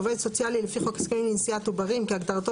"עובד סוציאלי לפי חוק הסכמים לנשיאת עוברים" כהגדרתו